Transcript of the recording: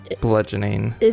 bludgeoning